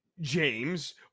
james